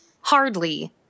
Hardly